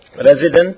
resident